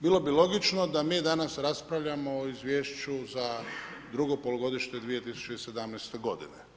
Bilo bi logično da mi danas raspravljamo o izvješću za drugo polugodište 2017. godine.